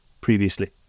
previously